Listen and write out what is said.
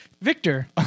Victor